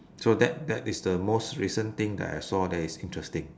so that that is the most recent thing that I saw that is interesting